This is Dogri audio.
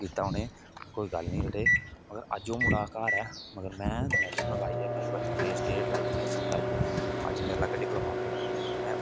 कीता उनें कोई गल्ल नी पर अज्ज ओह् मुड़ा घार ऐ मगर में नैशनल लेइयै ओहदे बाद स्टैट लाइयै नैशनल लाइयै अज्ज मेरे कोला डिप्लामा पेदा ऐ में